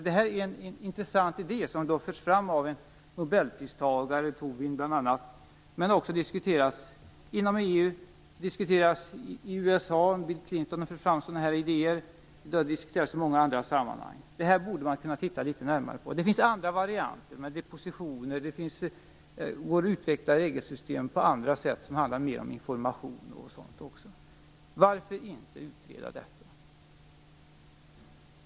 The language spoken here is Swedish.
Detta är en intressant idé som bl.a. har förts fram av en Nobelpristagare, men också har diskuterats inom EU, Clinton har fört fram sådana idéer i USA och i andra sammanhang. Denna idé borde man kunna titta litet närmare på. Det finns andra varianter med t.ex. depositioner, utvecklade regelsystem som handlar om information. Varför inte utreda denna idé?